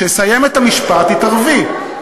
כשאסיים את המשפט תתערבי.